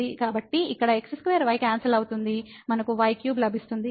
కాబట్టి ఇక్కడ x2y cancel అవుతుంది మనకు y3 లభిస్తుంది